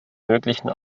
möglichen